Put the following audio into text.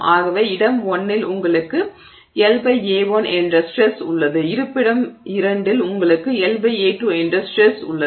ஆகவே இடம் 1 இல் உங்களுக்கு L A1 என்ற ஸ்ட்ரெஸ் உள்ளது இருப்பிடம் 2 இல் உங்களுக்கு L A2 என்ற ஸ்ட்ரெஸ் உள்ளது